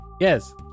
Yes